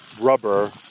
rubber